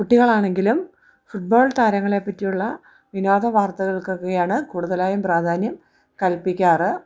കുട്ടികളാണെങ്കിലും ഫുട്ബോൾ താരങ്ങളെ പറ്റിയുള്ള വിനോദ വാർത്തകൾകൊക്കെയാണ് കൂടുതലായും പ്രാധാന്യം കൽപ്പിക്കാറുള്ളത്